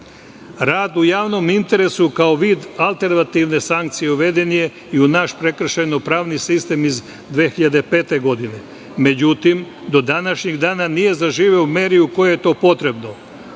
u javnom interesu, kao vid alternativne sankcije, uveden je i u naš prekršajno-pravni sistem iz 2005. godine. Međutim, do današnjeg dana nije zaživeo u meri u kojoj je to potrebno,